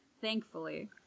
Thankfully